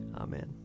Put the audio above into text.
Amen